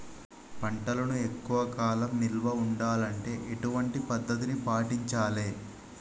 పంటలను ఎక్కువ కాలం నిల్వ ఉండాలంటే ఎటువంటి పద్ధతిని పాటించాలే?